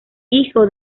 hijo